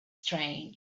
strange